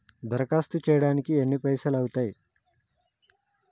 దరఖాస్తు చేయడానికి ఎన్ని పైసలు అవుతయీ?